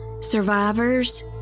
survivors